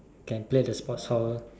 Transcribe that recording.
can play the sports hall